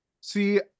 See